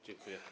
Dziękuję.